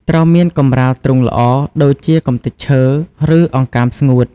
ត្រូវមានកម្រាលទ្រុងល្អ ដូចជាកម្ទេចឈើ ឬអង្កាមស្ងួត។